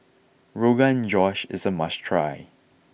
Rogan Josh is a must try